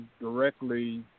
directly